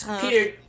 Peter